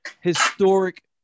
historic